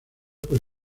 por